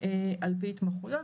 על פי התמחויות,